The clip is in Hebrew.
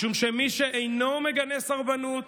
משום שמי שאינו מגנה סרבנות